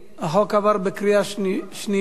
החוק עבר בקריאה שנייה,